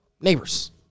neighbors